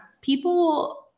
People